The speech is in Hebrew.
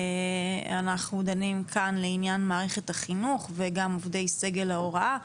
אנחנו דנים כאן לעניין מערכת החינוך וגם עובדי סגל ההוראה,